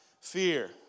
fear